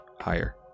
Higher